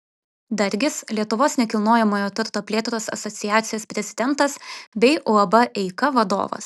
dargis lietuvos nekilnojamojo turto plėtros asociacijos prezidentas bei uab eika vadovas